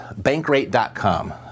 bankrate.com